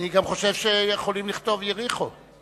אני חושב שיכולים לכתוב גם "יריחו".